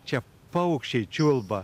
čia paukščiai čiulba